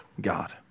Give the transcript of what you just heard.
God